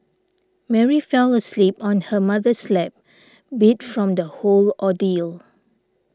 Mary fell asleep on her mother's lap beat from the whole ordeal